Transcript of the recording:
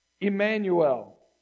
Emmanuel